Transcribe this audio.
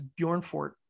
Bjornfort